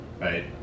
right